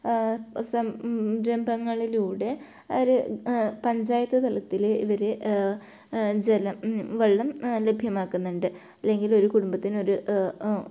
സംരംഭങ്ങളിലൂടെ അവർ പഞ്ചായത്ത് തലത്തിൽ ഇവർ ജലം വെള്ളം ലഭ്യമാക്കുന്നുണ്ട് അല്ലെങ്കിൽ ഒരു കുടുംബത്തിനൊരു